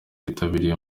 bitabiriye